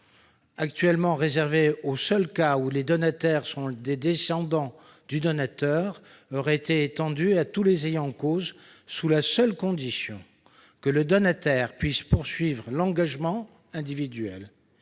actuellement réservée au seul cas où les donataires sont des descendants du donateur, aurait été étendue à tous les ayants cause, sous la seule condition que le donataire puisse poursuivre l'engagement individuel.